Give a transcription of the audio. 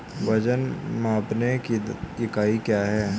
वजन मापने की इकाई क्या है?